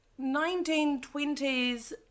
1920s